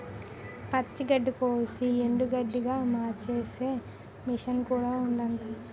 పచ్చి గడ్డికోసి ఎండుగడ్డిగా మార్చేసే మిసన్ కూడా ఉంటాది